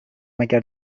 مگر